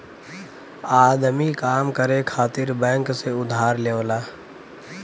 आदमी काम करे खातिर बैंक से उधार लेवला